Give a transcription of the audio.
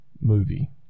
movie